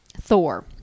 Thor